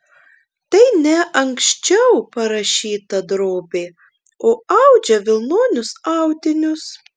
tai ne anksčiau parašyta drobė o audžia vilnonius audinius